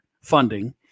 funding